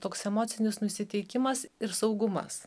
toks emocinis nusiteikimas ir saugumas